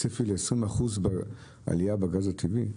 צפי ל-20% עלייה בגז הטבעי.